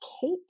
Kate